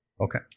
Okay